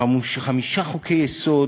חמישה חוקי-יסוד,